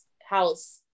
house